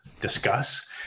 discuss